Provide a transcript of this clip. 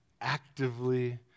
actively